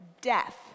death